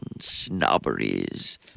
snobberies